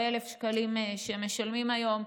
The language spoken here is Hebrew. או 1,000 שקלים שמשלמים היום,